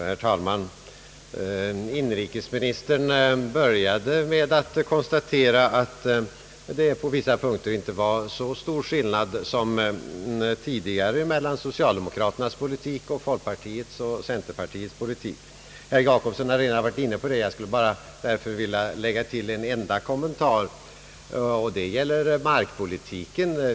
Herr talman! Inrikesministern började med att konstatera, att det på vissa punkter inte var så stor skillnad som tidigare mellan <socialdemokraternas respektive folkpartiets och centerpartiets politik. Herr Jacobsson har redan varit inne på det, och jag skulle därför bara vilja tillfoga en enda kommentar, som gäller markpolitiken.